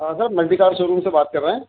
ہاں صاحب multi car showroom سے بات کر رہے ہیں